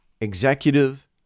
executive